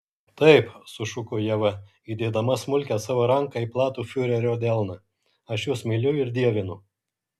taip sušuko ieva įdėdama smulkią savo ranką į platų fiurerio delną aš jus myliu ir dievinu